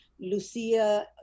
Lucia